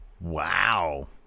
Wow